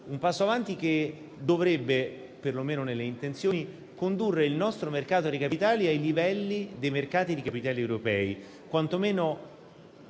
un passo avanti che dovrebbe, per lo meno nelle intenzioni, condurre il nostro mercato dei capitali ai livelli di quelli europei,